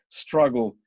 struggle